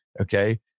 okay